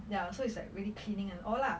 ya so it's like really cleaning and all lah